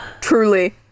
truly